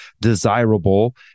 desirable